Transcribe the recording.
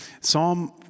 Psalm